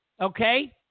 okay